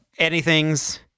anythings